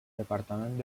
departament